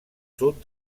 sud